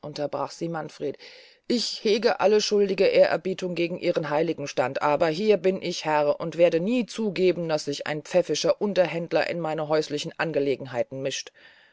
unterbrach sie manfred ich hege alle schuldige ehrerbietung gegen ihren heiligen stand aber hier bin ich herr und werde nie zugeben daß sich ein pfäffischer unterhändler in meine häußlichen angelegenheiten mische